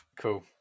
cool